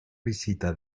visita